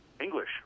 English